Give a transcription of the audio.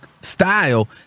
style